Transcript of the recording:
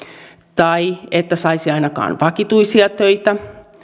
tai että saisi ainakaan vakituisia töitä